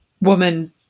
woman